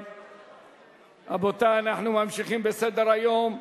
רבותי, אנחנו ממשיכים בסדר-היום.